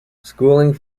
schooling